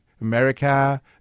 America